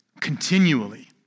continually